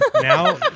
now